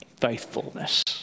faithfulness